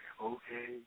okay